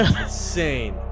insane